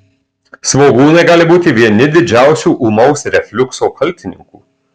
svogūnai gali būti vieni didžiausių ūmaus refliukso kaltininkų